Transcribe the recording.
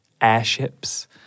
airships